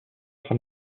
fin